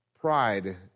pride